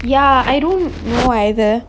ya I don't know either